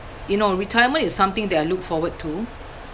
you know retirement is something that I look forward to